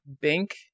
Bank